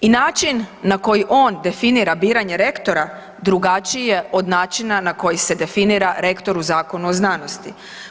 I način na koji on definira biranje rektora, drugačije je od načina na koji se definira rektor u Zakonu o znanosti.